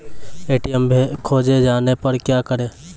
ATM खोजे जाने पर क्या करें?